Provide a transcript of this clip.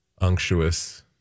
unctuous